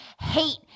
hate